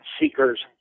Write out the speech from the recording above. seekers